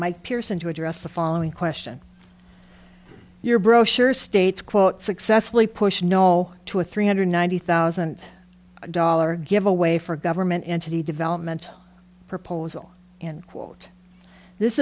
my pearson to address the following question your brochure states quote successfully push no to a three hundred ninety thousand dollars giveaway for government entity development proposal and quote this